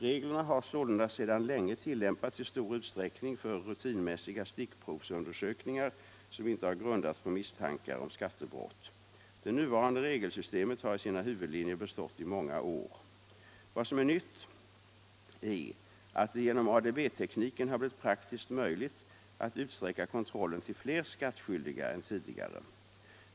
Reg= — lerna har sålunda sedan länge tillämpats i stor utsträckning för rutin Om användningen mässiga stickprovsundersökningar som inte har grundats på misstanke av statliga datareom skattebrott. gister för kontroll av Det nuvarande regelsystemet har i sina huvudlinjer bestått i många enskildas ekonoår. Vad som är nytt är att utsträcka kontrollen till flera skattskyldiga — miska förhållanän tidigare.